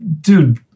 dude